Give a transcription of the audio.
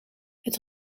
het